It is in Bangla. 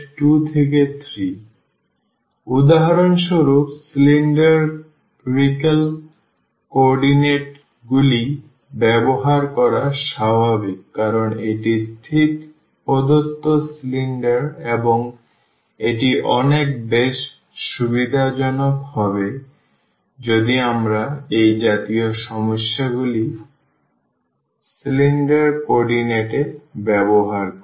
সুতরাং উদাহরণস্বরূপ cylindrical কোঅর্ডিনেটগুলি ব্যবহার করা স্বাভাবিক কারণ এটি ঠিক প্রদত্ত সিলিন্ডার এবং এটি অনেক বেশি সুবিধাজনক হবে যদি আমরা এই জাতীয় সমস্যাগুলো cylindrical কোঅর্ডিনেট এ ব্যবহার করি